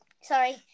Sorry